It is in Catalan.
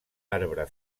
arbre